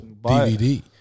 dvd